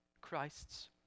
Christ's